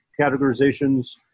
categorizations